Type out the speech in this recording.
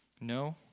No